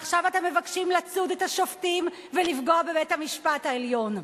ועכשיו אתם מבקשים לצוד את השופטים ולפגוע בבית-המשפט העליון.